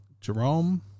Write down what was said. jerome